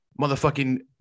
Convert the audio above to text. motherfucking